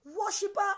worshiper